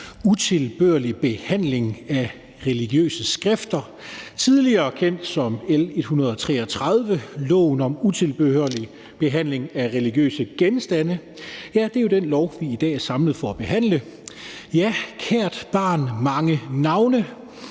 utilbørlig behandling af religiøse skrifter, tidligere kendt som L 133, forslag til lov om utilbørlig behandling af religiøse genstande, er jo det lovforslag, vi i dag er samlet for at behandle; kært barn har mange navne